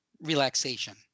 relaxation